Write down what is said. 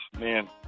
man